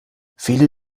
viele